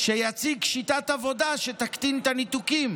שיציג שיטת עבודה שתקטין את הניתוקים.